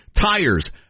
Tires